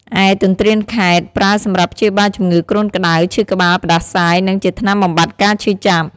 ឯទន្ទ្រានខែត្រ ប្រើសម្រាប់ព្យាបាលជំងឺគ្រុនក្ដៅ ឈឺក្បាល ផ្តាសាយ និងជាថ្នាំបំបាត់ការឈឺចាប់។